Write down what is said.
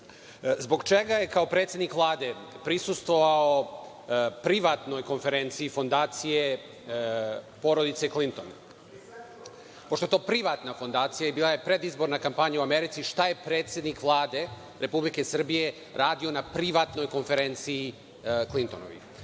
zbog čega je kao predsednik Vlade prisustvovao privatnoj konferenciji fondacije porodice Klinton? Pošto je to privatna fondacija i bila je predizborna kampanja u Americi, šta je predsednik Vlade Republike Srbije radio na privatnoj konferenciji Klintonovih? Drugo